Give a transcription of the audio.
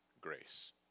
grace